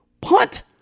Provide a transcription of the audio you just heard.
Punt